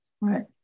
Right